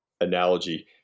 analogy